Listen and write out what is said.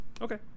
Okay